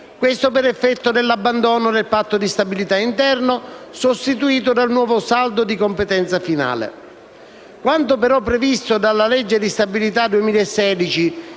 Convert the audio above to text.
per effetto dell'abbandono del Patto di stabilità interno, sostituito dal nuovo saldo di competenza finale.